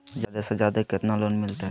जादे से जादे कितना लोन मिलते?